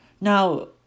Now